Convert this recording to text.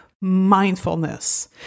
mindfulness